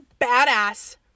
badass